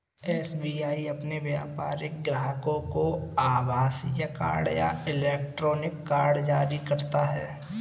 SBI अपने व्यापारिक ग्राहकों को आभासीय कार्ड या इलेक्ट्रॉनिक कार्ड जारी करता है